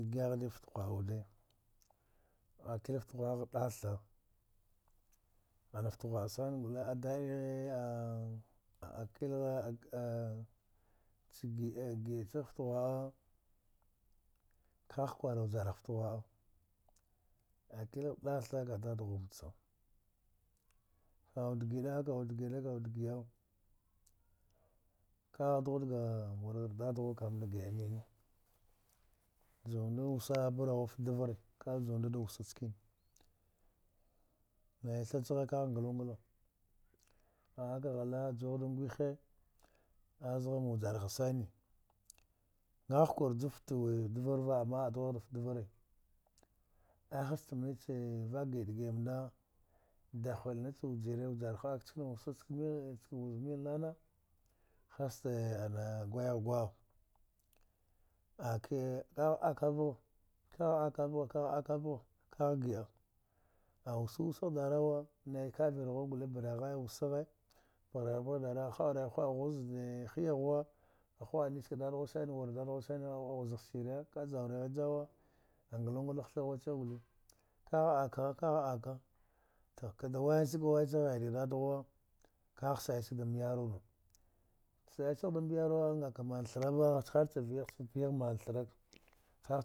Yighde fta ghwa awude akil fta ghwa agh ɗatha anafta ghwa’a sanagure a ɗa oghe a, akil ghe cha gi’a chagh fta ghwa’a akilagh ɗatha ka dadghwa meha kaud giɗa kaud gida kauɗ gi’a kagh dghwa dga war ghar cha dadghwa kamnda gi’a mine juwa mnda da wusa ka barghwa fta dyari ka juwa nda da wusa chane nai tha chaghe kagh nglu- ngla a’akagh ale a juwagh da ngwihe azagh mvjarha sane ngagh kur jufta vvvar va ama a fghwagh vafta ɗvare ay hastam vak na gi’a ɗa gi’a mda dahul nach vjire vjarha ha’ak chkana wusa chka milnana haste ana gwa igh gwa’a kagh aka vghau kagh aka vgha kagh akavgha kagh gi’a awusu wasagh ɗarawa nai kavir ghu gugule bara ghaya wusaghee pagh raghi pgha dara wa, hu;a raghi hu’a ghuz da hiya ghuwa a hu a nis ga ɗaɗaghu sane ak jaura ghi jawa anglu nglagh tha ghuchi gule kagh ak gha kagh ak gha, tu aka da wayan sag way chagh ghai dga vav ghuwa kagh sai sag ɗam yarwana sai chagh dam yar wa ngaka man tharava